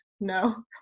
no